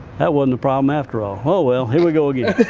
that wasn't the problem after all. oh, well, here we go again.